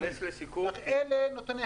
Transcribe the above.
אנטאנס, אלה נתוני